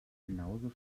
genauso